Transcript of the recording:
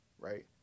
right